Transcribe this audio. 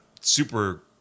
super